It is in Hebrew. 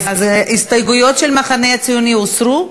אז ההסתייגויות של המחנה הציוני הוסרו?